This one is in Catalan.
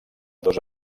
dos